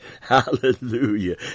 hallelujah